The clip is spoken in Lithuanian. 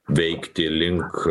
veikti link